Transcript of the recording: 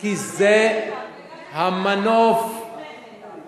כי זה המנוף, וגם לפני כן גם.